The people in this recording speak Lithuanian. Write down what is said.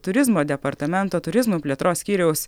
turizmo departamento turizmo plėtros skyriaus